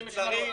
עובדי משמרות.